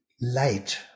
light